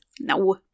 No